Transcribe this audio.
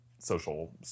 Social